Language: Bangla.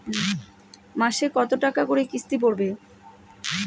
মাসে কত টাকা করে কিস্তি পড়বে?